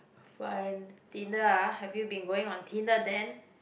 for (uhn) Tinder ah have you been going on Tinder then